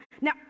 Now